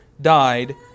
died